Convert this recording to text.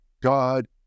God